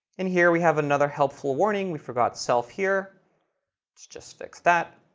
and here we have another helpful warning, we forgot self here. let's just fix that.